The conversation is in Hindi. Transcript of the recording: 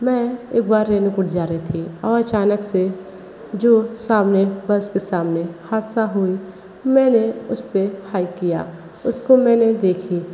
मैं एक बार रेणुकूट जा रही थी और अचानक से जो सामने बस के सामने हादसा हुई मैंने उसपे हाय किया उसको मैंने देखी